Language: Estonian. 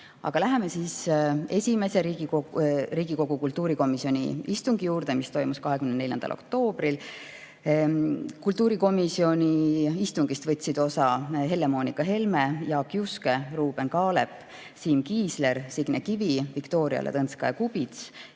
Lähen nüüd esimese Riigikogu kultuurikomisjoni istungi juurde, mis toimus 24. oktoobril. Kultuurikomisjoni istungist võtsid osa Helle-Moonika Helme, Jaak Juske, Ruuben Kaalep, Siim Kiisler, Signe Kivi, Viktoria Ladõnskaja-Kubits,